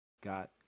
got